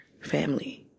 family